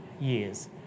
years